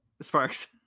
Sparks